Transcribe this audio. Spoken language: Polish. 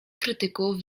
krytyków